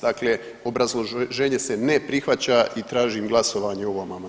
Dakle, obrazloženje se ne prihvaća i tražim glasovanje o ovom